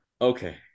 okay